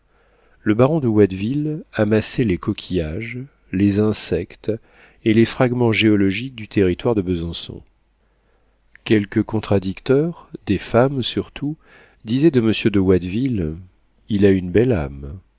le baron de watteville amassait les coquillages les insectes et les fragments géologiques du territoire de besançon quelques contradicteurs des femmes surtout disaient de monsieur de watteville il a une belle âme